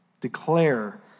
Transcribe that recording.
declare